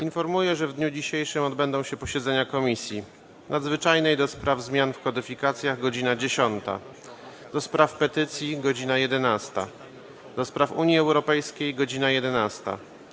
Informuję, że w dniu dzisiejszym odbędą się posiedzenia Komisji: - Nadzwyczajnej do spraw zamian w kodyfikacjach - godz. 10, - do Spraw Petycji - godz. 11, - do Spraw Unii Europejskiej - godz. 11,